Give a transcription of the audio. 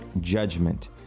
judgment